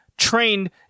trained